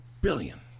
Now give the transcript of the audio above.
Billion